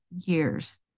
years